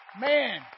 Man